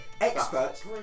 experts